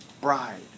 bride